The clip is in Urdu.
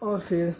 اور پھر